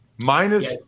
Minus